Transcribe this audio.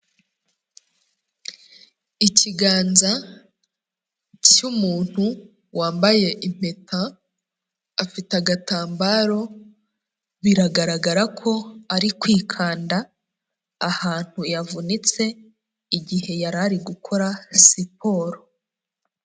Ikiganza cy'umuntu wambaye impeta, afite agatambaro biragaragara ko ari kwikanda ahantu yavunitse igihe yari ari gukora siporo.